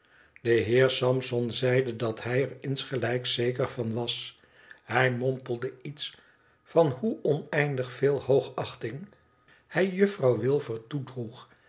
de heer sampson zeide dat hij er insgelijks zeker van was hij mompelde iets van hoe oneindig veel hoogachting hij juffrouw wilfier toedroeg